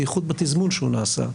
בייחוד בתזמון שהוא נעשה.